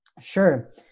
Sure